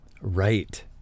Right